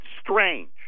strange